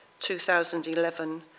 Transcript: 2011